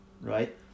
Right